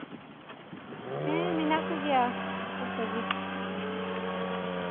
ᱦᱮᱸ ᱢᱮᱱᱟᱜ ᱠᱩᱜᱮᱭᱟ ᱡᱚᱛᱚ ᱜᱮ